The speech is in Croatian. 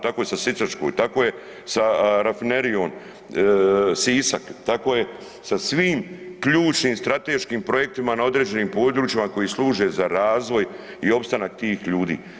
Tako je sa sisačkom, tako je sa Rafinerijom Sisak, tako je sa svim ključnim strateškim projektima na određenim područjima koji služe za razvoj i opstanak tih ljudi.